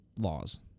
laws